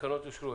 התקנות אושרו.